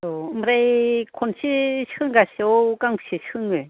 औ ओमफ्राय खनसे सोंगासेयाव गांबेसे सोङो